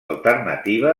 alternativa